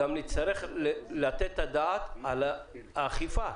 גם נצטרך לתת את הדעת על האכיפה,